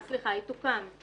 סליחה, היא תוקם.